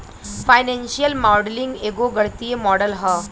financial modelling एगो गणितीय model ह